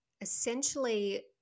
essentially